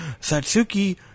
Satsuki